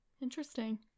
Interesting